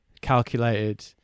calculated